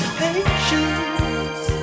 patience